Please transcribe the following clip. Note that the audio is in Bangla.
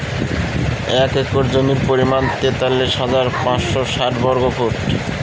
এক একর জমির পরিমাণ তেতাল্লিশ হাজার পাঁচশ ষাট বর্গফুট